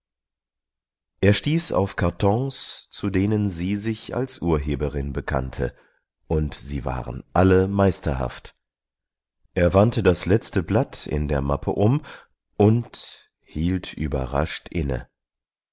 er stieß auf kartons zu denen sie sich als urheberin bekannte und sie waren alle meisterhaft er wandte das letzte blatt in der mappe um und hielt überrascht inne